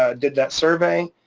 ah did that survey.